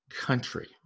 country